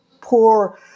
poor